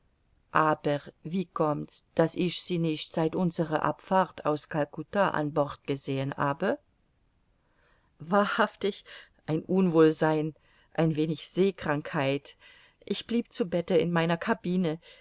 aber wie kommt's daß ich sie nicht seit unserer abfahrt aus calcutta an bord gesehen habe wahrhaftig ein unwohlsein ein wenig seekrankheit ich blieb zu bette in meiner cabine